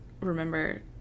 remember